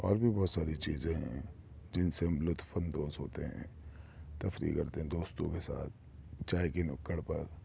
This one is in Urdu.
اور بھی بہت ساری چیزیں ہیں جن سے ہم لطف اندوز ہوتے ہیں تفریح کرتے ہیں دوستوں کے ساتھ چائے کی نکڑ پر